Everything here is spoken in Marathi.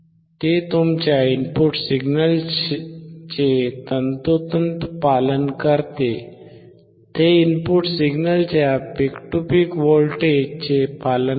ते तुमच्या इनपुट सिग्नलचे तंतोतंत पालन करते ते इनपुट सिग्नलच्या पीक टू पीक व्होल्टेजचे पालन करते